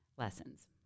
lessons